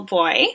boy